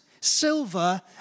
silver